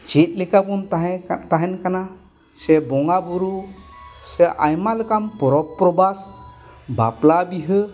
ᱪᱮᱫ ᱞᱮᱠᱟ ᱵᱚᱱ ᱛᱟᱦᱮᱱ ᱠᱟᱱᱟ ᱥᱮ ᱵᱚᱸᱜᱟ ᱵᱩᱨᱩ ᱥᱮ ᱟᱭᱢᱟ ᱞᱮᱠᱟᱱ ᱯᱚᱨᱚᱵ ᱯᱚᱨᱵᱷᱟᱥ ᱥᱮ ᱵᱟᱯᱞᱟ ᱵᱤᱦᱟᱹ